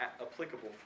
applicable